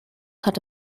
hat